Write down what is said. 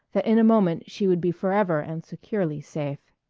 that in a moment she would be forever and securely safe.